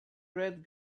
red